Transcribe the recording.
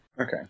Okay